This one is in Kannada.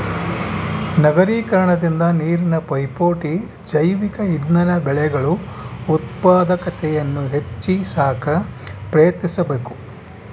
ನಗರೀಕರಣದಿಂದ ನೀರಿನ ಪೈಪೋಟಿ ಜೈವಿಕ ಇಂಧನ ಬೆಳೆಗಳು ಉತ್ಪಾದಕತೆಯನ್ನು ಹೆಚ್ಚಿ ಸಾಕ ಪ್ರಯತ್ನಿಸಬಕು